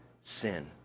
sin